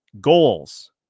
goals